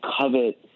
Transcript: covet